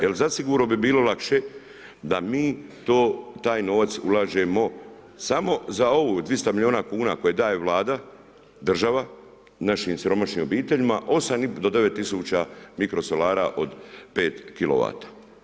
Jer zasigurno bi bilo lakše da mi to, taj novac ulažemo samo za ovu, 200 milijuna kuna koje daje Vlada, država, našim siromašnim obiteljima 8 do 9 tisuća mikrosolara od 5 kilovata.